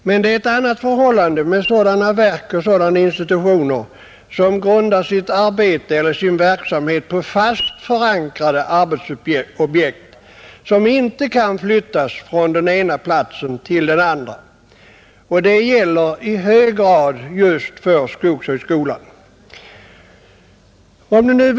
Men det är ett annat förhållande med sådana verk och institutioner vilkas verksamhet grundas på fast förankrade arbetsobjekt, som inte kan flyttas från den ena platsen till den andra, Det gäller i hög grad just för skogshögskolan.